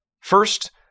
First